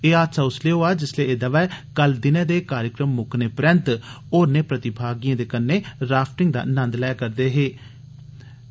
एह् हादसा उसलै होआ जिसलै एह् दवै कल दिनै दे कार्यक्रम मुक्कने परैन्त होरनें प्रतिभागिएं दे कन्नै राफ्टिंग दा नंद लैने लेई लिद्दर दरेया च गे